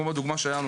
כמו בדוגמה שלנו,